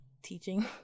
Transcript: teaching